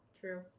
true